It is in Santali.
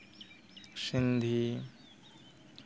ᱥᱤᱱᱫᱷᱤ